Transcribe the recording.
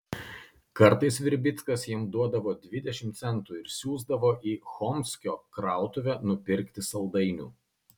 kartais virbickas jam duodavo dvidešimt centų ir siųsdavo į chomskio krautuvę nupirkti saldainių